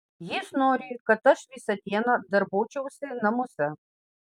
jis nori kad aš visą dieną darbuočiausi namuose